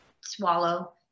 swallow